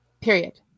Period